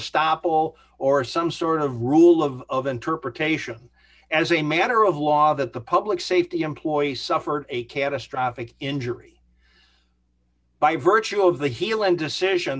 estoppel or some sort of rule of interpretation as a matter of law that the public safety employees suffered a catastrophic injury by virtue of the heel and decision